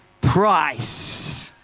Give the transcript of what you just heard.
price